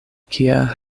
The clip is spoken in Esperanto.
kia